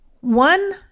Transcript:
One